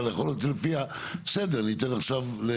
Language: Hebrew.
אבל יכול להיות לפי הסדר ניתן עכשיו.